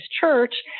church